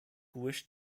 wished